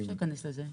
אי אפשר להיכנס לזה.